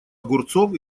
огурцов